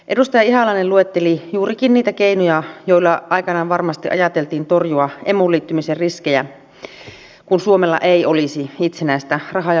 edustaja ihalainen luetteli juurikin niitä keinoja joilla aikanaan varmasti ajateltiin torjua emuun liittymisen riskejä kun suomella ei olisi itsenäistä raha ja valuuttapolitiikkaa